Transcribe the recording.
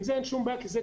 עם זה אין שום בעיה כי זה,